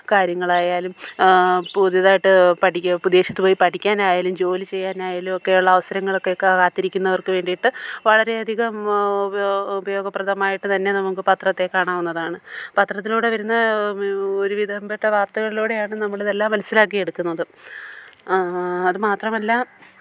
കാര്യങ്ങളായാലും പുതിയതായിട്ട് പഠിക്ക് വിദേശത്ത് പോയി പഠിക്കാനായാലും ജോലി ചെയ്യാനായാലും ഒക്കെ ഉള്ള അവസരങ്ങളൊക്കെ കാത്തിരിക്കുന്നവര്ക്ക് വേണ്ടിയിട്ട് വളരെ അധികം ഉപയോഗപ്രദമായിട്ട് തന്നെ നമുക്ക് പത്രത്തെ കാണാവുന്നതാണ് പത്രത്തിലൂടെ വരുന്ന ഒരുവിധം പെട്ട വാര്ത്തകളിലൂടെയാണ് നമ്മളിതെല്ലാം മനസ്സിലാക്കിയെടുക്കുന്നത് അതുമാത്രമല്ല